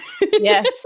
yes